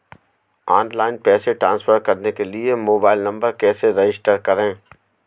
Online पैसे transfer करने के लिए मोबाइल नंबर कैसे रजिस्टर करें?